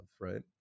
right